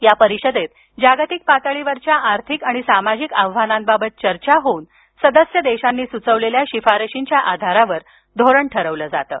या परिषदेत जागतिक पातळीवरच्या आर्थिक आणि सामाजिक आव्हानांबाबत चर्चा होऊन सदस्य देशांनी सुचवलेल्या शिफारसींच्या आधारावर धोरण ठरवलं जातं